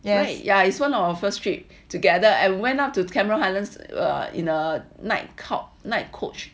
yeah yeah it's one of our trip together and went up to cameron highlands in a night called night coach